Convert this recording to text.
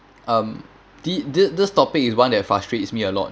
um th~ th~ this topic is one that frustrates me a lot